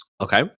okay